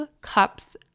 cups